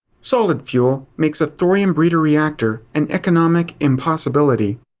solid fuel makes a thorium breeder reactor an economic impossibility.